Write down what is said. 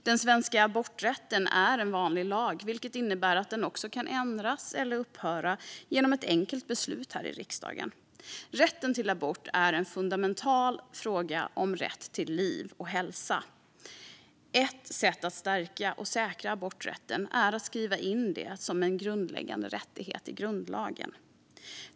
Den svenska aborträtten är en vanlig lag, vilket innebär att den också kan ändras eller upphöra genom ett enkelt beslut här i riksdagen. Rätten till abort är en fundamental fråga om rätt till liv och hälsa. Ett sätt att stärka och säkra aborträtten är att skriva in den som en grundläggande rättighet i grundlagen.